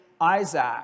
Isaac